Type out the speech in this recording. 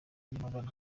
y’amabara